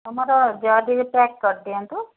ଆମର ଜରିରେ ପ୍ୟାକ୍ କରିଦିଅନ୍ତୁ